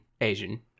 Asian